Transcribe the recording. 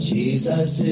Jesus